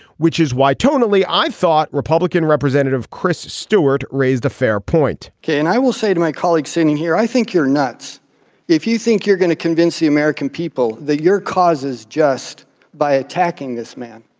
which is why tonally i thought republican representative chris stewart raised a fair point ken i will say to my colleague standing here i think you're nuts if you think you're going to convince the american people that your causes just by attacking this man